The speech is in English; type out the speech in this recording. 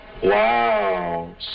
Wow